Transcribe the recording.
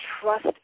trust